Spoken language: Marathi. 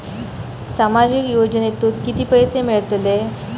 सामाजिक योजनेतून किती पैसे मिळतले?